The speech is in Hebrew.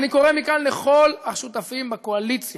אני קורא מכאן לכל השותפים בקואליציה